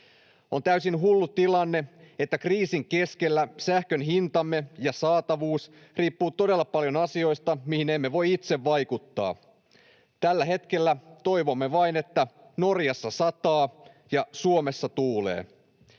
On täysin hullu tilanne, että kriisin keskellä meillä sähkön hinta ja saatavuus riippuvat todella paljon asioista, joihin emme voi itse vaikuttaa. Tällä hetkellä toivomme vain, että Norjassa sataa ja Suomessa tuulee.